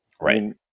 Right